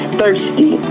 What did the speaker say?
thirsty